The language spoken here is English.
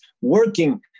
working